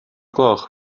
gloch